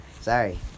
Sorry